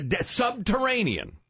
Subterranean